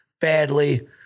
badly